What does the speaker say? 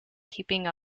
keeping